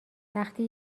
وقتی